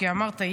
כי אמרת,